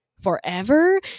forever